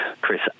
Chris